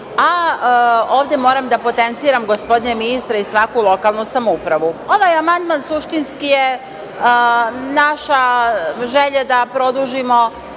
a ovde moram da potenciram gospodine ministre i svaku lokalnu samoupravu. Ovaj amandman suštinski je naša želja da produžimo